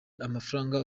amafaranga